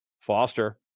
Foster